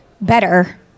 better